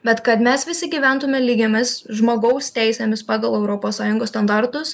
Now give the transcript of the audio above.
bet kad mes visi gyventume lygiomis žmogaus teisėmis pagal europos sąjungos standartus